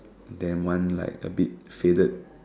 then one like a bit faded